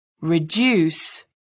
reduce